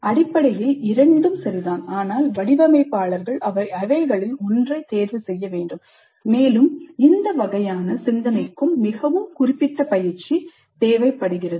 அடிப்படையில் இரண்டும் சரிதான் ஆனால் வடிவமைப்பாளர்கள் அவைகளில் ஒன்றை தேர்வு செய்ய வேண்டும் மேலும் இந்த வகையான சிந்தனைக்கு மிகவும் குறிப்பிட்ட பயிற்சி தேவைப்படுகிறது